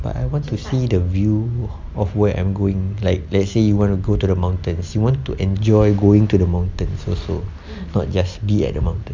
but I want to see the view of where I'm going like let's say you want to go to the mountains you want to enjoy going to the mountains also not just be at the mountain